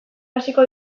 hasiko